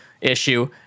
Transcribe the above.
issue